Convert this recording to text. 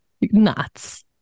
nuts